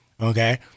Okay